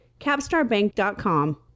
capstarbank.com